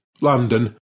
London